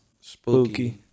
Spooky